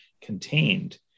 contained